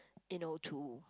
you know to